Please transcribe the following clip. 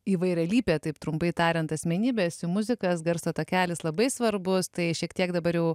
įvairialypė taip trumpai tariant asmenybė esi muzikas garso takelis labai svarbus tai šiek tiek dabar jau